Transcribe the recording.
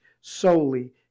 solely